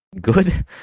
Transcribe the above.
good